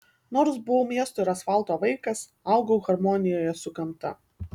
nors buvau miesto ir asfalto vaikas augau harmonijoje su gamta